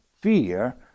fear